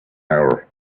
hour